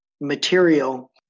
material